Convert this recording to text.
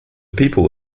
people